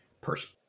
person